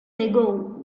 ago